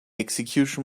execution